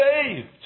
saved